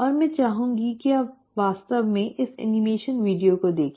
और मैं चाहूंगी कि आप वास्तव में इन एनीमेशन वीडियो को देखें